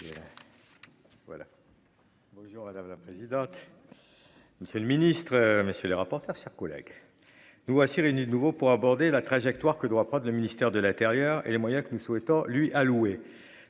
Bonjour, madame la présidente. Monsieur le ministre, messieurs les rapporteurs, chers collègues. Nous voici réunis de nouveau pour aborder la trajectoire que doit prendre le ministère de l'Intérieur et les moyens que nous souhaitons lui a loué